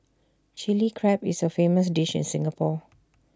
Chilli Crab is A famous dish in Singapore